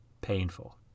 painful